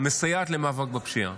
מסייעת למאבק בפשיעה,